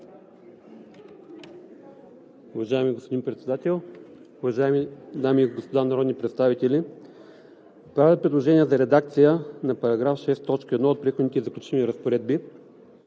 Уважаеми господин Председател, уважаеми дами и господа народни представители! Правя предложение за редакция на § 6, т. 1 от Преходните и заключителните разпоредби: